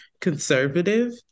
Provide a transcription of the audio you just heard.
conservative